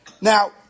Now